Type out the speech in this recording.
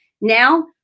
Now